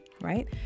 right